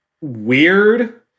weird